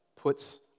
puts